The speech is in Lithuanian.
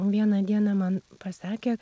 vieną dieną man pasakė